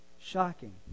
shocking